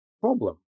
problem